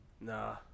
nah